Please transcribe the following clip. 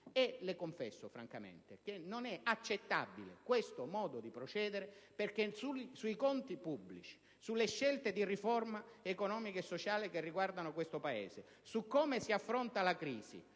che, francamente, non è accettabile questo modo di procedere sui conti pubblici, sulle scelte di riforma economica e sociale riguardanti questo Paese, sul modo di affrontare la crisi